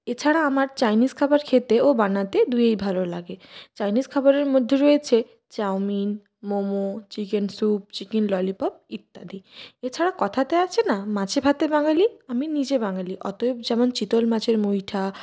এছাড়া আমার চাইনিজ খাবার খেতে ও বানাতে দুইই ভালো লাগে চাইনিজ খাবারের মধ্যে রয়েছে chowmein momo chicken soup chicken lollipop ইত্যাদি এছাড়া কথাতে আছে না মাছে ভাতে বাঙালি আমি নিজে বাঙালি অতএব যেমন চিতল মাছের মুইঠ্যা